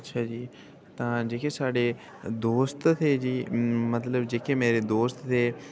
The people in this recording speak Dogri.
अच्छा जी तां जेह्के साढ़े दोस्त हे जी मतलब जेह्के मेरे दोस्त हे